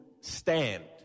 stand